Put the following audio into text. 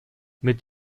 mit